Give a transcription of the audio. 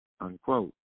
unquote